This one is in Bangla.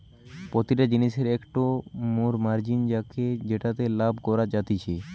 প্রতিটা জিনিসের একটো মোর মার্জিন থাকে যেটাতে লাভ করা যাতিছে